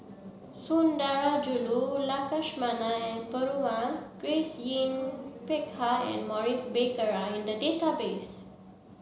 Sundarajulu Lakshmana and Perumal Grace Yin Peck Ha and Maurice Baker are in the database